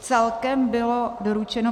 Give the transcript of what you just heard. Celkem bylo doručeno